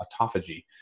autophagy